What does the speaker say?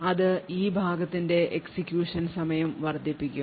അത് ഈ ഭാഗത്തിന്റെ എക്സിക്യൂഷൻ സമയം വർദ്ധിപ്പിക്കും